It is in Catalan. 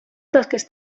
tasques